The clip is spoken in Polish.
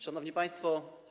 Szanowni Państwo!